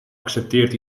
accepteert